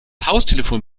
haustelefon